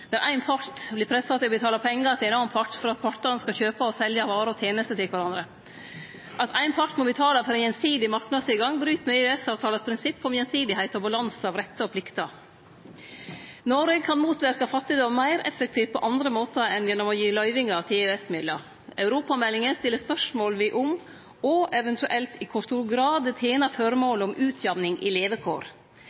der ein part vert pressa til å betale pengar til ein annan part for at partane skal kjøpe og selje varer og tenester til kvarandre. At ein part må betale for gjensidig marknadstilgang, bryt med prinsippet i EØS-avtalen om gjensidigheit og balanse av rettar og plikter. Noreg kan motverke fattigdom meir effektivt på andre måtar enn gjennom å gi løyvingar til EØS-midlar. Europameldinga stiller spørsmål ved om og eventuelt i kor stor grad det tener